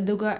ꯑꯗꯨꯒ